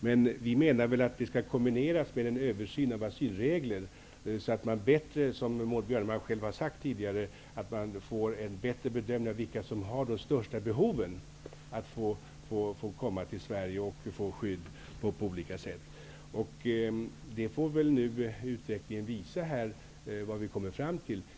Men vi menar att det skall kombineras med en översyn av asylregler för att få en bättre bedömning, vilket Maud Björnemalm tidigare har sagt, av vilka som har de största behoven av att få komma till Sverige och av att på olika sätt få skydd. Utvecklingen får nu visa vad vi kommer fram till.